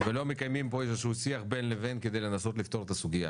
ולא מקיימים פה איזה שהוא שיח בין לבין כדי לנסות לפתור את הסוגייה.